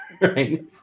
Right